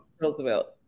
Roosevelt